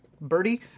Birdie